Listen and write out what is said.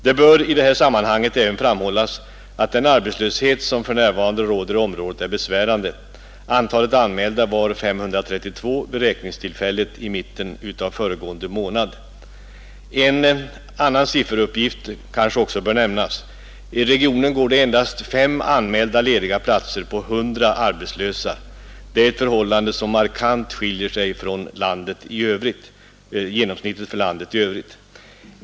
Det bör i detta sammanhang också framhållas att den arbetslöshet som för närvarande råder i området är besvärande. Antalet anmälda arbetslösa var 532 i mitten av föregående månad. En annan sifferuppgift kanske också bör nämnas. I regionen går det endast fem anmälda lediga platser på 100 arbetslösa. Det är ett förhållande som markant skiljer sig från landet i övrigt, genomsnittligt sett.